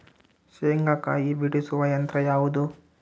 ಶೇಂಗಾಕಾಯಿ ಬಿಡಿಸುವ ಯಂತ್ರ ಯಾವುದು?